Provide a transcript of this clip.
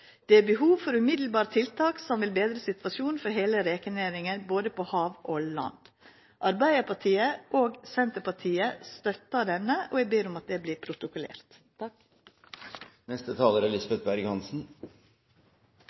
Det er behov for umiddelbare tiltak som vil bedre situasjonen for hele rekenæringa både på hav og land.» Arbeidarpartiet og Senterpartiet støttar dette, og eg ber om at det